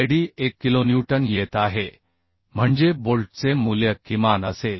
78 kilonewton येत आहे म्हणजे बोल्टचे मूल्य किमान असेल